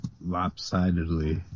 lopsidedly